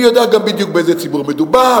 אני גם יודע בדיוק באיזה ציבור מדובר,